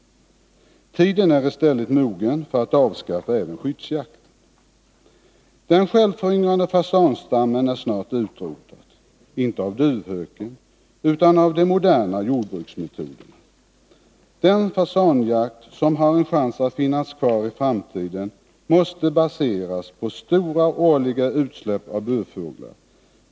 Tiden är i stället mogen för att avskaffa även skyddsjakten. Den självföryngrande fasanstammen är snart utrotad, inte av duvhöken utan av de moderna jordbruksmetoderna. Den fasanjakt som har en chans att finnas kvar i framtiden måste baseras på stora årliga utsläpp av burfåglar.